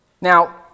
Now